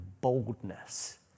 boldness